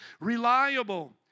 reliable